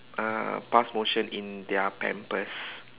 ah pass motion in their pampers